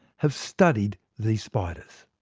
have studied these spiders.